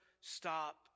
stop